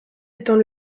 étant